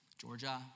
Georgia